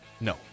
No